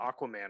Aquaman